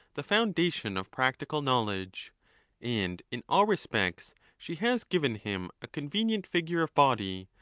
the foun dation of practical knowledge and in all respects she has given him a convenient figure of body,